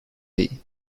değil